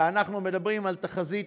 ואנחנו מדברים על תחזית